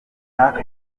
earth